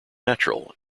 natural